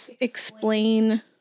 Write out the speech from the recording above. explain